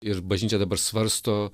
ir bažnyčia dabar svarsto